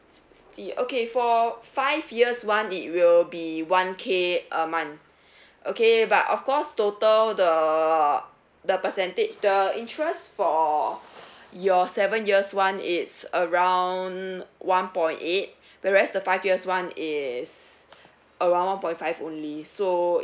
sixty okay for five years [one] it will be one K a month okay but of course total the the percentage the interest for your seven years [one] it's around one point eight whereas the five years [one] is around one point five only so